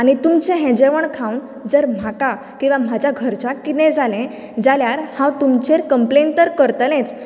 आनी तुमचें हें जेवण खावन जर म्हाका किंवा म्हज्या घरच्यांक कितें जालें जाल्यार हांव तुमचेर कंप्लेन तर करतलेंच